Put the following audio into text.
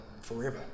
forever